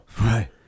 Right